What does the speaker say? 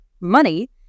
money